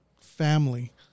family